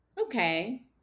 Okay